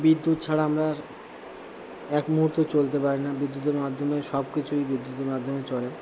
বিদ্যুৎ ছাড়া আমরা আর এক মুহূর্ত চলতে পারি না বিদ্যুতের মাধ্যমে সব কিছু ইলেকট্রিকের মাধ্যমে চলে